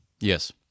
Yes